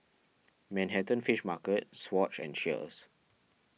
Manhattan Fish Market Swatch and Cheers